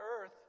earth